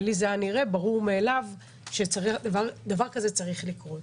ולי היה נראה ברור מאליו שדבר כזה צריך לקרות.